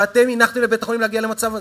ואתם הנחתם לבית-החולים להגיע למצב הזה,